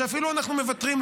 או אפילו אנחנו מוותרים,